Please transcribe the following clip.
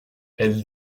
elle